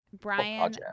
Brian